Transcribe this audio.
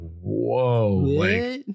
whoa